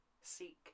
Seek